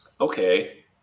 Okay